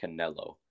Canelo